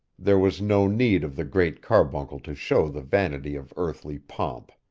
there was no need of the great carbuncle to show the vanity of earthly pomp.